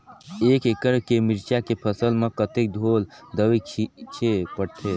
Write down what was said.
एक एकड़ के मिरचा के फसल म कतेक ढोल दवई छीचे पड़थे?